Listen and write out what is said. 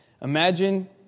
Imagine